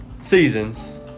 seasons